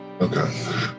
okay